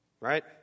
right